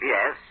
Yes